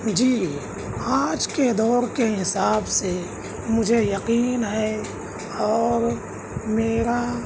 جی آج کے دور کے حساب سے مجھے یقین ہے اور میرا